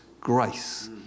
grace